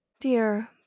dear